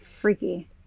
Freaky